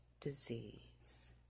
disease